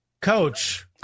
coach